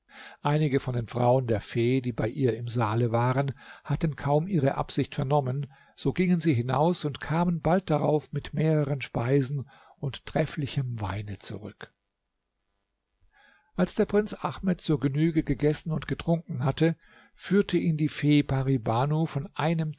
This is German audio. einige von den frauen der fee die bei ihr im saale waren hatten kaum ihre absicht vernommen so gingen sie hinaus und kamen bald darauf mit mehreren speisen und trefflichem weine zurück als der prinz ahmed zur genüge gegessen und getrunken hatte führte ihn die fee pari banu von einem